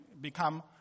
become